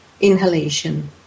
inhalation